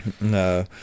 No